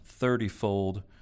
thirtyfold